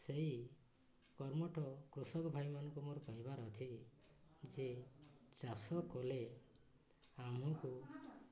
ସେଇ କର୍ମଠ କୃଷକ ଭାଇମାନଙ୍କୁ ମୋର କହିବାର ଅଛି ଯେ ଚାଷ କଲେ ଆମକୁ